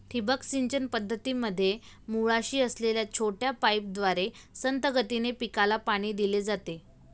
ठिबक सिंचन पद्धतीमध्ये मुळाशी असलेल्या छोट्या पाईपद्वारे संथ गतीने पिकाला पाणी दिले जाते